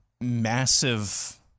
massive